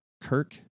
Kirk